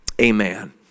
Amen